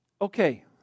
Okay